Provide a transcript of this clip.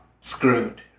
screwed